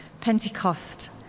Pentecost